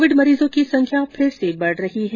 Covid मरीजों की संख्या फिर से बढ़ रही है